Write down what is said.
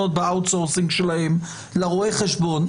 אז הן הולכות למנהל חשבונות ב- outsourcing לרואה חשבון שלהן,